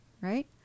right